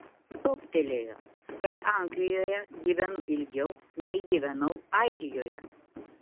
toptelėjo kad anglijoje gyvenu ilgiau nei gyvenau airijoje